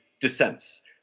dissents